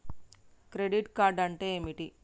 Credit card అంటే ఏమిటి?